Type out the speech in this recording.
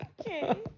Okay